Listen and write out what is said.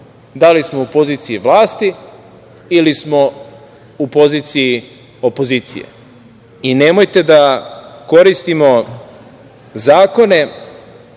Da li smo u poziciji vlasti ili smo u poziciji opozicije i nemojte da koristimo zakone